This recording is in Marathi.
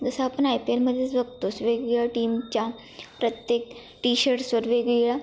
जसं आपण आय पी एलमध्येच बघतोच वेगळ्या टीमच्या प्रत्येक टी शर्ट्सवर वेगवेगळ्या